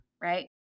right